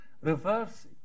reverse